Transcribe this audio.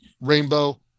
rainbow